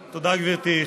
תודה, גברתי.